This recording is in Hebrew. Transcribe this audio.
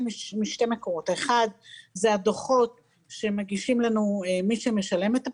משני מקורות: הדוחות שמגיש מי שמשלם את הפנסיה,